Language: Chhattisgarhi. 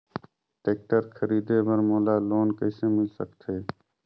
टेक्टर खरीदे बर मोला लोन कइसे मिल सकथे?